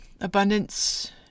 Abundance